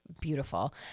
beautiful